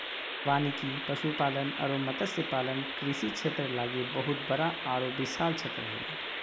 वानिकी, पशुपालन अरो मत्स्य पालन कृषि क्षेत्र लागी बहुत बड़ा आरो विशाल क्षेत्र हइ